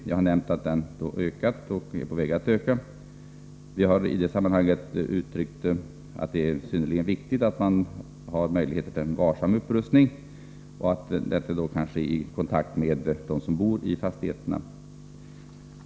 Jag har nämnt att denna är på väg att öka. Vi har i detta sammanhang uttryckt att det är synnerligen viktigt att ha möjlighet till en varsam upprustning, och detta kan ske i samarbete med dem som bor i fastigheterna.